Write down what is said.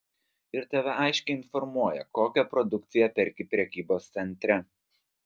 ir tave aiškiai informuoja kokią produkciją perki prekybos centre